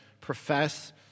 profess